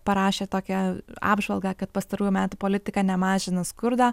parašė tokią apžvalgą kad pastarųjų metų politika ne mažina skurdą